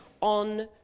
on